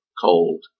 cold